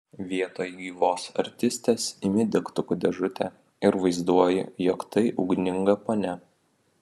vietoj gyvos artistės imi degtukų dėžutę ir vaizduoji jog tai ugninga ponia